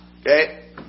Okay